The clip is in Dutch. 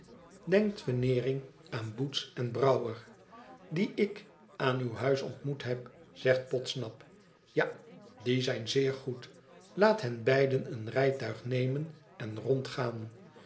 denkt veneering aan boots en brouwer die ik aan uw huis ontmoet heb zegt podsnap a die zijn zeer goed laat hen beiden een rijtuig nemen en